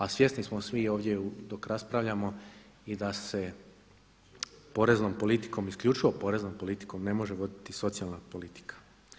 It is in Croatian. A svjesni smo svi ovdje dok raspravljamo i da se poreznom politikom, isključivo poreznom politikom ne može voditi socijalna politika.